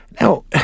Now